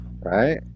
Right